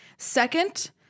Second